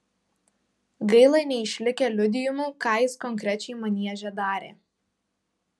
gaila neišlikę liudijimų ką jis konkrečiai manieže darė